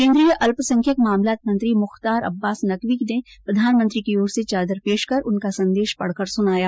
केन्द्रीय अल्पसंख्यक मामलात मंत्री मुख्तार अब्बास नकवी ने प्रधानमंत्री की ओर से चादर पेश कर उनका संदेश पढ कर सुनाया